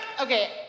Okay